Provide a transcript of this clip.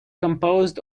composed